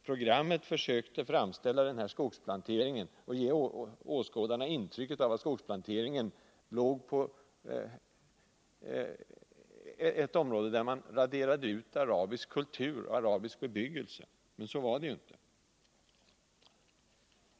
Programmet försökte ge åskådarna intrycket att skogsplanteringen gjordes på arabiskt område, på ett sådant sätt att man raderade ut arabisk kultur och arabisk bebyggelse. Men så var det ju inte.